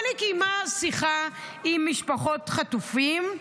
אבל היא קיימה שיחה עם משפחות חטופים,